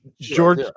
George